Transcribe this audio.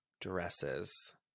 dresses